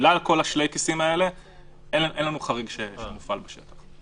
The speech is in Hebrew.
בגלל כל השלייקעסים האלה אין לנו חריג שמופעל בשטח.